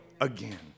again